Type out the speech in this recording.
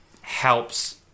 helps